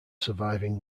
surviving